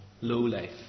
Lowlife